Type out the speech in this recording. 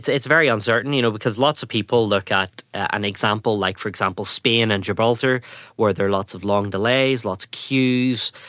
it's it's very uncertain you know because lots of people look at an example like, for example, spain and gibraltar where there are lots of long delays, lots of queues,